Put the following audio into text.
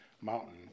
Mountain